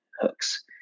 hooks